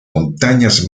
montañas